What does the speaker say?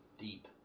deep